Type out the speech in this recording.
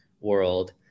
world